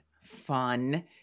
fun